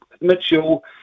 Mitchell